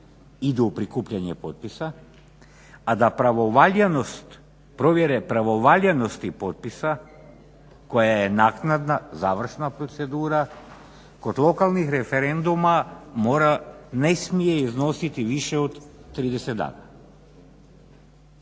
idu u prikupljanje potpisa, a da pravovaljanost, provjere pravovaljanosti potpisa koja je naknadna, završna procedura kod lokalnih referenduma mora, ne smije iznositi više od 30 dana.